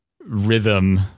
rhythm